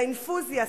לאינפוזיה,